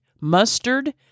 mustard